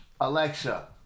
Alexa